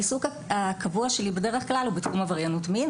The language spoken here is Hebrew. העיסוק הקבוע שלי בדרך-כלל הוא בתחום עבריינות מין,